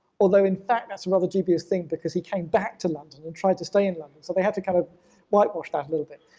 although in fact that's a rather dubious thing because he came back to london and tried to stay in london, so they had to kind of whitewash that a little bit.